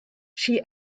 she